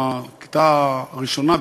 בכיתה הראשונה,